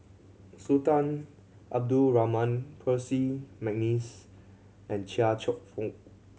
Sultan Abdul Rahman Percy McNeice and Chia Cheong Fook